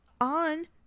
on